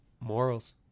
Morals